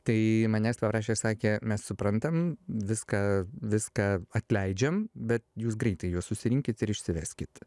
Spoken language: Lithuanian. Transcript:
tai manęs paprašė sakė mes suprantam viską viską atleidžiam bet jūs greitai juos susirinkit ir išsiveskit